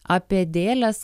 apie dėles